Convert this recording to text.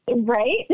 right